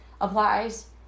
applies